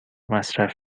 مصرف